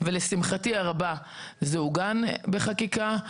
ולשמחתי הרבה זה עוגן בחקיקה.